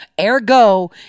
Ergo